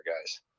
guys